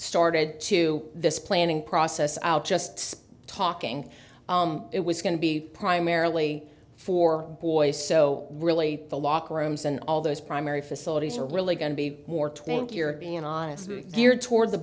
started to this planning process out just talking it was going to be primarily for boys so really the locker rooms and all those primary facilities are really going to be more to think european honest here towards the